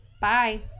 Bye